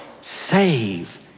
Save